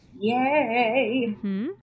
Yay